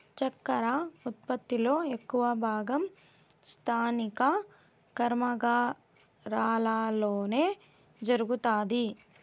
చక్కర ఉత్పత్తి లో ఎక్కువ భాగం స్థానిక కర్మాగారాలలోనే జరుగుతాది